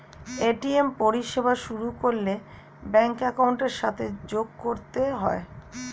ATM পরিষেবা শুরু করলে ব্যাঙ্ক অ্যাকাউন্টের সাথে যোগ করতে হয়